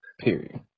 period